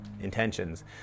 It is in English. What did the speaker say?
intentions